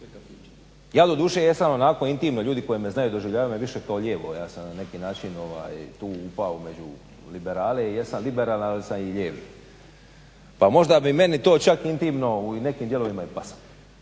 Ja doduše jesam onako intimno ljudi koji me znaju doživljavaju me više kao lijevo. Ja sam na neki način tu upao u liberale i jesam liberalan ali sam i lijev. Pa možda bi meni to čak intimno u nekim dijelovima i pasalo.